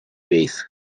ways